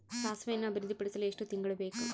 ಸಾಸಿವೆಯನ್ನು ಅಭಿವೃದ್ಧಿಪಡಿಸಲು ಎಷ್ಟು ತಿಂಗಳು ಬೇಕು?